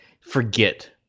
forget